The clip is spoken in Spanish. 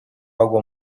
hago